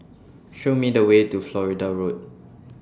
Show Me The Way to Florida Road